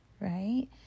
right